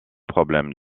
problème